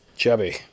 Chubby